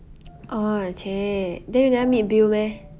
orh !chey! then you never meet bill meh